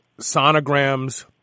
sonograms